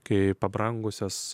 kai pabrangusios